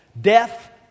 Death